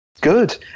Good